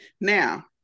Now